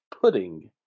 pudding